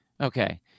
Okay